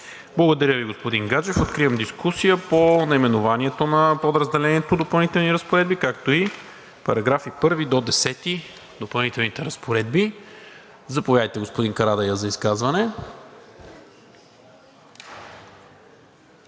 Благодаря Ви, господин Гаджев. Откривам дискусия по наименованието на подразделението „Допълнителни разпоредби“, както и по § 1 до § 10 от „Допълнителни разпоредби“. Заповядайте, господин Карадайъ, за изказване.